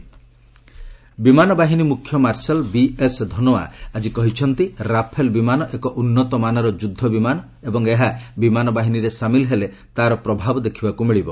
air chief ବିମାନ ବାହିନୀ ମୁଖ୍ୟ ମାର୍ଶାଲ୍ ବିଏସ୍ ଧନୋଆ ଆଜି କହିଛନ୍ତି ରାଫେଲ୍ ବିମାନ ଏକ ଉନ୍ନତମାନର ଯୁଦ୍ଧ ବିମାନ ଏବଂ ଏହା ବିମାନ ବାହିନୀରେ ସାମିଲ ହେଲେ ତାର ପ୍ରଭାବ ଦେଖିବାକୁ ମିଳିବ